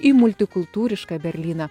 į multikultūrišką berlyną